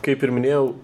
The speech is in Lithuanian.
kaip ir minėjau